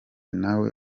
nawe